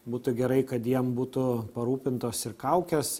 būtų gerai kad jiem būtų parūpintos ir kaukės